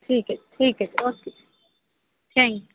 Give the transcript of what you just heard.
ਠੀਕ ਹੈ ਠੀਕ ਹੈ ਓਕੇ ਥੈਂਕ ਯੂ